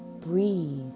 breathe